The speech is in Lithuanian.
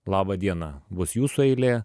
laba diena bus jūsų eilė